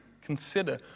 consider